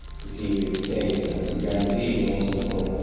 to keep it safe and to guarantee it also for,